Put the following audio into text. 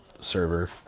server